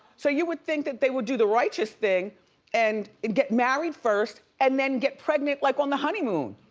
so you would think that they would do the righteous thing and and get married first and then get pregnant like on the honeymoon.